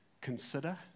consider